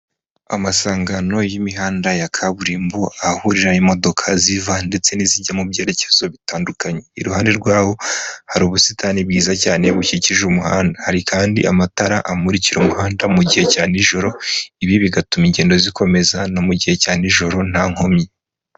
Amasangano y'imihanda ya kaburimbo, ahurira imodoka ziva ndetse n'izijya mu byerekezo bitandukanye, iruhande rwawo hari ubusitani bwiza cyane bukikije umuhanda, hari kandi amatara amurikira umuhanda mu gihe cya nijoro, ibi bigatuma ingendo zikomeza no mu gihe cya nijoro nta nkomyi.